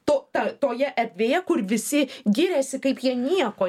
tu tą toje erdvėje kur visi giriasi kaip jie nieko